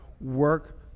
work